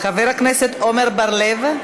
חבר הכנסת עמר בר-לב,